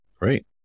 Great